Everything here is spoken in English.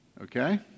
Okay